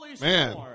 man